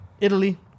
Italy